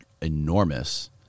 enormous